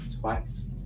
twice